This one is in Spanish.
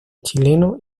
chileno